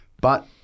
But-